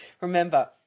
Remember